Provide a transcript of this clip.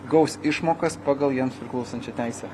gaus išmokas pagal jiems priklausančią teisę